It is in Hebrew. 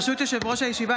ברשות יושב-ראש הישיבה,